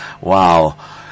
Wow